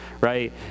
right